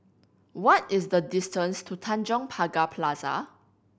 what is the distance to Tanjong Pagar Plaza